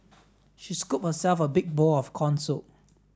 she scooped herself a big bowl of corn soup